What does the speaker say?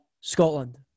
Scotland